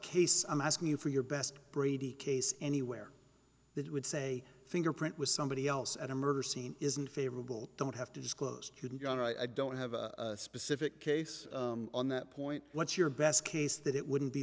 case i'm asking you for your best brady case anywhere that would say fingerprint with somebody else at a murder scene isn't favorable don't have to disclose couldn't go on i don't have a specific case on that point what's your best case that it wouldn't be